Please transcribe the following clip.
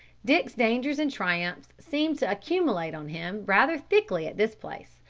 dick's dangers and triumphs seemed to accumulate on him rather thickly at this place,